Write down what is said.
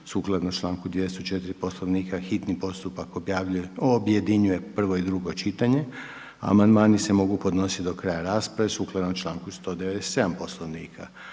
Sukladno članku 204. Poslovnika hitni postupak objedinjuje prvo i drugo čitanje a amandmani se mogu podnositi do kraja rasprave sukladno članku 197. Poslovnika.